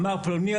אמר פלוני,